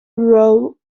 role